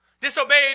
disobeyed